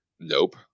Nope